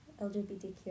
LGBTQ